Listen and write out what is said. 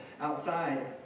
outside